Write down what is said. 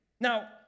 Now